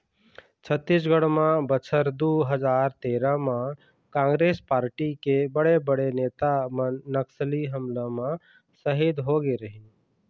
छत्तीसगढ़ म बछर दू हजार तेरा म कांग्रेस पारटी के बड़े बड़े नेता मन नक्सली हमला म सहीद होगे रहिन